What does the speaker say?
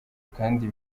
kandi